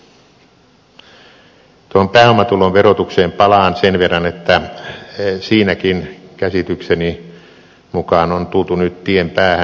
tuohon pääomatulon verotukseen palaan sen verran että siinäkin käsitykseni mukaan on tultu nyt tien päähän